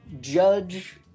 judge